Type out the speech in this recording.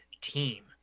team